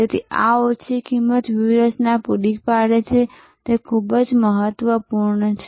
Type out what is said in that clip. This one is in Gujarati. તેથી આ ઓછી કિંમત વ્યૂહરચના પૂરી પાડે છે તે ખૂબ જ મહત્વપૂર્ણ છે